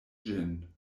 ĝin